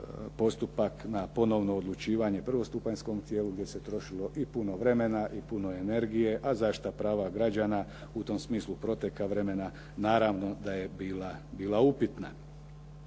postupak na ponovno odlučivanje prvostupanjskom tijelu, gdje se trošilo i puno vremena i puno energije, a zaštita prava građana, u tom smislu proteka vremena, naravno da je bila upitna.